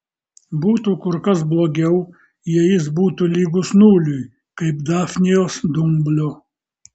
būtų kur kas blogiau jei jis būtų lygus nuliui kaip dafnijos dumblio